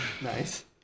Nice